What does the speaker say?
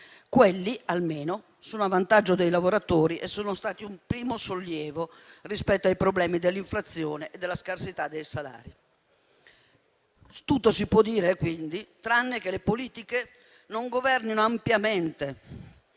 Quelli, almeno, sono a vantaggio dei lavoratori e sono stati un primo sollievo rispetto ai problemi dell'inflazione e della scarsità dei salari. Tutto si può dire, quindi, tranne che le politiche non governino ampiamente